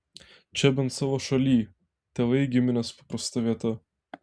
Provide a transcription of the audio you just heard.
čia bent savo šalyj tėvai giminės paprasta vieta